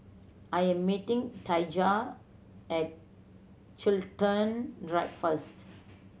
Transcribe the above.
I am meeting Daijah at Chiltern Drive first